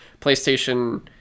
playstation